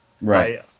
Right